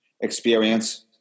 experience